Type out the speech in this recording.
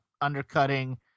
undercutting